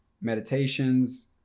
meditations